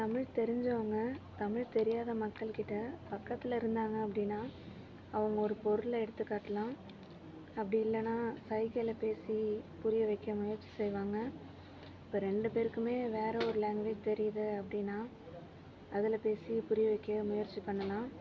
தமிழ் தெரிஞ்சவங்க தமிழ் தெரியாத மக்கள்கிட்ட பக்கத்தில் இருந்தாங்க அப்படினா அவங்க ஒரு பொருளை எடுத்துக்காட்டலாம் அப்படி இல்லைனா சைகையில் பேசி புரியவைக்க முயற்சி செய்வாங்க இப்போ ரெண்டு பேருக்குமே வேறு ஒரு லாங்குவேஜ் தெரியுது அப்படினா அதில் பேசி புரியவைக்க முயற்சி பண்ணலாம்